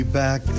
back